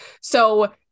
so-